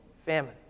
famine